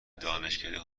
دانشکده